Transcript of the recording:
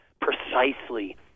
precisely